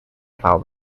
plough